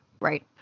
right